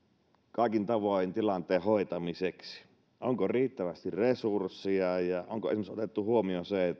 kaikin tavoin tilanteen hoitamiseksi onko riittävästi resursseja ja onko otettu huomioon esimerkiksi se